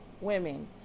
women